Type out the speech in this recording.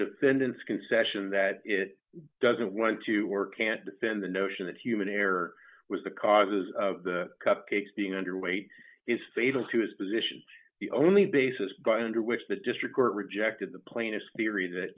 defendant's concession that it doesn't want to or can't defend the notion that human error was the causes of the cupcakes being underweight is fatal to his position the only basis but under which the district court rejected the plainest theory that